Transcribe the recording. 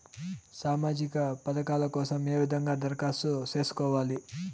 సామాజిక పథకాల కోసం ఏ విధంగా దరఖాస్తు సేసుకోవాలి